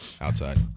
outside